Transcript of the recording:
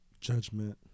Judgment